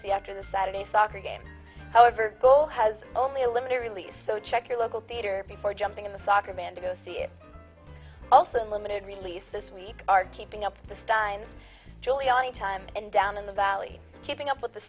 see after the saturday soccer game however gold has only a limited release so check your local theater before jumping in the soccer man to go see it also in limited release this week are keeping up the steins giuliani time and down in the valley keeping up with the